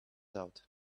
out